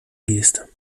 geste